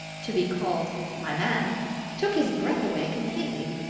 to be called my man took his breath away completely.